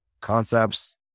concepts